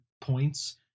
points